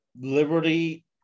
Liberty